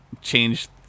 change